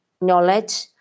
knowledge